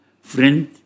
friend